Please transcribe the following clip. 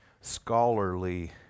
scholarly